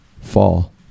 fall